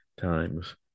times